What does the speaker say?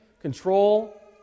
control